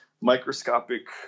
microscopic